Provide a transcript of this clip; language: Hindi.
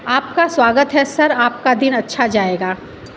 आपका स्वागत है सर आपका दिन अच्छा जाएगा